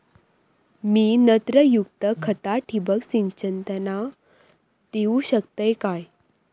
मी नत्रयुक्त खता ठिबक सिंचनातना देऊ शकतय काय?